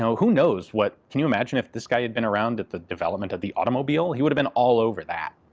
so who knows what? can you imagine if this guy had been around at the development of the automobile? he would've been all over that.